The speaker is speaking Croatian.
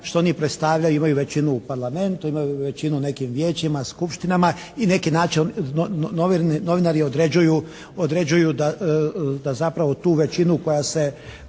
što oni predstavljaju, imaju većinu u Parlamentu, imaju većinu u nekim vijećima, skupštinama i na neki način novinari određuju da zapravo tu većinu koja se,